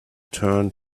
turned